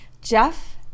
Jeff